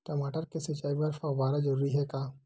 टमाटर के सिंचाई बर फव्वारा जरूरी हे का?